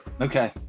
Okay